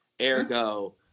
Ergo